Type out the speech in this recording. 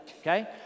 okay